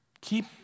Keep